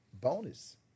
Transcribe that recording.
Bonus